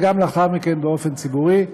וגם לאחר מכן באופן ציבורי,